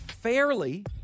Fairly